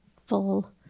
full